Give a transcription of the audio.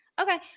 Okay